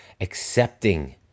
accepting